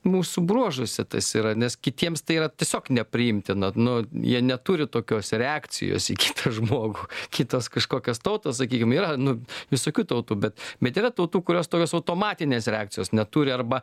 mūsų bruožuose tas yra nes kitiems tai yra tiesiog nepriimtina nu jie neturi tokios reakcijos į kitą žmogų kitos kažkokios tautos sakykim yra nu visokių tautų bet bet yra tautų kurios tokios automatinės reakcijos neturi arba